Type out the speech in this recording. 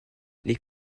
les